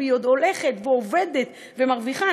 והיא עוד הולכת ועובדת ומרוויחה,